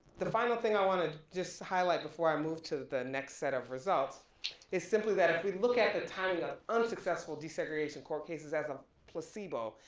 the the final thing i wanna just highlight before i move to the next set of results is simply that if we look at the timing of unsuccessful desegregation court cases as as a placebo,